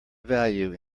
value